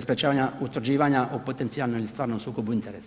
sprečavanja utvrđivanja o potencijalnom i stvarnom sukobu interesa.